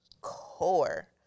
core